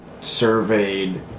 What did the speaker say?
surveyed